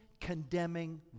condemning